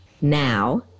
now